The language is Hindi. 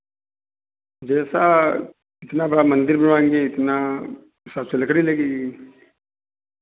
जैसा इतना बड़ा मंदिर बनवाएंगे इतना उस हिसाब से लकड़ी लगेगी